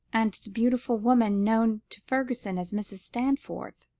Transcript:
and the beautiful woman known to fergusson as mrs. stanforth,